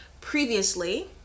previously